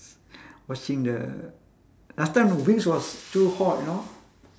watching the last time wings was so hot you know